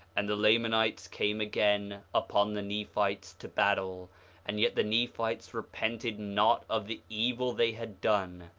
and the lamanites came again upon the nephites to battle and yet the nephites repented not of the evil they had done,